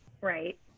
right